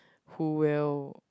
who will